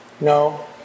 No